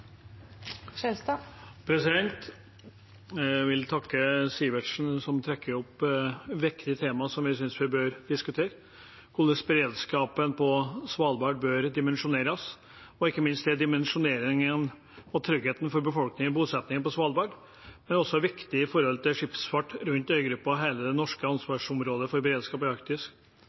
Jeg vil takke representanten Sivertsen, som trekker opp et viktig tema som jeg synes vi bør diskutere, om hvordan beredskapen på Svalbard bør dimensjoneres. Ikke minst er den dimensjoneringen viktig for tryggheten for befolkningen, bosetningen, på Svalbard, men den er også viktig for skipsfarten rundt øygruppa og hele det norske ansvarsområdet for beredskap i